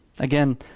Again